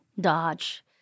dodge